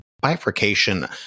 bifurcation